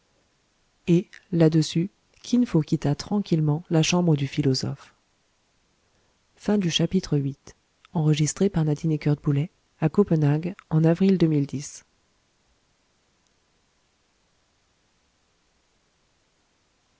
et là-dessus kin fo quitta tranquillement la chambre du philosophe ix